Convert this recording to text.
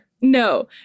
No